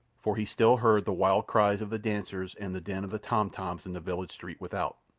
for he still heard the wild cries of the dancers and the din of the tom-toms in the village street without.